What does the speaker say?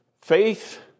Faith